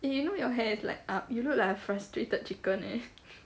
eh you know your hair is like up you look like a frustrated chicken eh